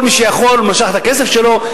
כל מי שיכול משך את הכסף שלו,